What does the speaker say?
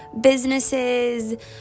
businesses